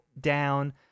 down